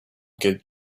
get